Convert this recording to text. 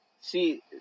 see